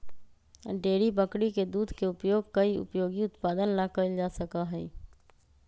dairy बकरी के दूध के उपयोग कई उपयोगी उत्पादन ला कइल जा सका हई